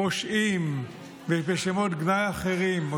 פושעים ושמות גנאי אחרים,